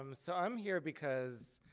um so i'm here because